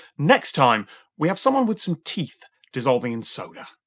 next time we have someone with some teeth dissolving in soda.